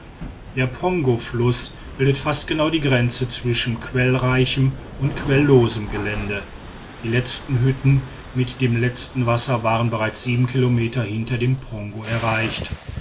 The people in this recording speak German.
der pongofluß bildet fast genau die grenze zwischen quellreichem und quellosem gelände die letzten hütten mit dem letzten wasser waren bereits sieben kilometer hinter dem pongo erreicht